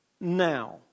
now